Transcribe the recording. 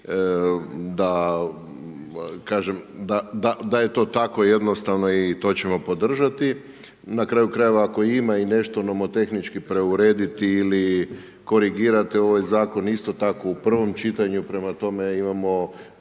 da je to tako jednostavno i to ćemo podržati. Na kraju krajeva, ako ima i nešto nomotehničko preurediti ili korigirati ovaj zakon, isto tako, u prvom čitanju, prema tome, imamo,